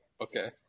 Okay